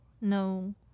No